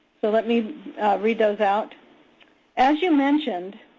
so let me read those out as you mentioned,